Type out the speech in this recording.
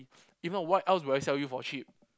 if not what else will I sell you for cheap